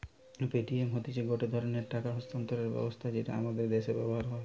Paytm হতিছে গটে ধরণের টাকা স্থানান্তর ব্যবস্থা যেটা আমাদের দ্যাশে ব্যবহার হয়